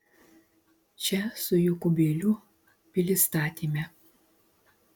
čia su jokūbėliu pilis statėme